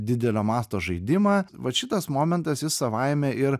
didelio masto žaidimą vat šitas momentas jis savaime ir